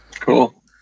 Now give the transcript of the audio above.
cool